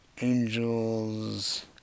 Angels